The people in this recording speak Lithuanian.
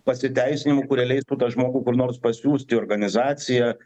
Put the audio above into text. pasiteisinimų kurie leistų tą žmogų kur nors pasiųst į organizaciją